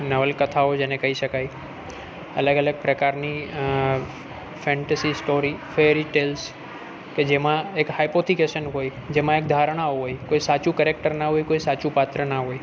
નવલકથાઓ જેને કહી શકાય અલગ અલગ પ્રકારની ફેન્ટસી સ્ટોરી ફેરીટેલ્સ કે જેમાં એક હાઇપોથીકેશન હોય જેમાં એક ધારણા હોય કોઈ સાચું કેરેક્ટર ના હોય કોઈ સાચું પાત્ર ના હોય